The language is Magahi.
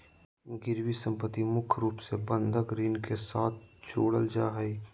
गिरबी सम्पत्ति मुख्य रूप से बंधक ऋण के साथ जोडल जा हय